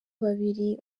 babiri